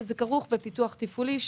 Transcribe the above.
וזה כרוך בפיתוח תפעולי,